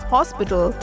Hospital